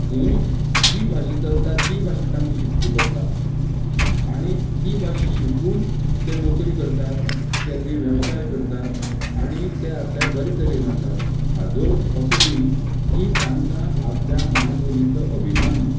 थंय जी भाशा चलता ती भाशा तांकां शिकची पडटा आनी ती भाशा शिकून ते नोकरी करतात ते थंय वेवसाय करतात आनी ते आपल्या बरें तरेन आसा हाजो अर्थ असो न्ही की तांका आपल्या मांय बोलीचो अभिमान ना